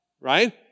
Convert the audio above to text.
Right